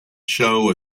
show